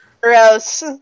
Gross